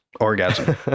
orgasm